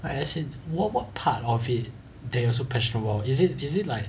I as in what what part of it that you're so passionate about is it is it like